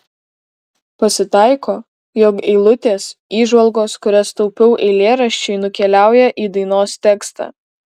pasitaiko jog eilutės įžvalgos kurias taupiau eilėraščiui nukeliauja į dainos tekstą